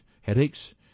headaches